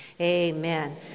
Amen